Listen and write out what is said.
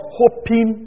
hoping